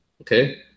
okay